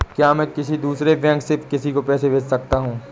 क्या मैं किसी दूसरे बैंक से किसी को पैसे भेज सकता हूँ?